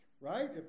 Right